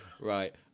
Right